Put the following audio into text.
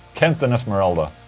kent and esmeralda.